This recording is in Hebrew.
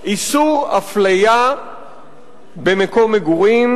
איסור אפליה במקום מגורים.